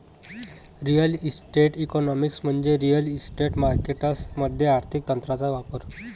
real estate economics म्हणजे real estate markets मध्ये आर्थिक तंत्रांचा वापर